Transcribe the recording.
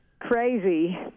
crazy